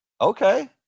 Okay